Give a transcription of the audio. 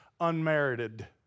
unmerited